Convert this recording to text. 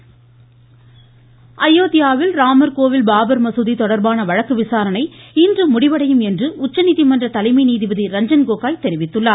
ரஞ்சன்டகோகோய் அயோத்தியாவில் ராமர் கோவில் பாபர் மசூதி தொடர்பான வழக்கு விசாரணை இன்று முடிவடையும் என்று உச்சநீதிமன்ற தலைமை நீதிபதி ரஞ்சன் கோகோய் தெரிவித்துள்ளார்